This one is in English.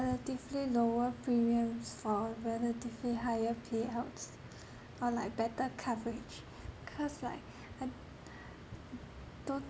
relatively lower premiums for relatively higher payouts or like better coverage cause like I don't